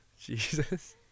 Jesus